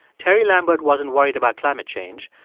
terry lambert wasn't worried about climate change.